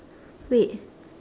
wait